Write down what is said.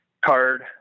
card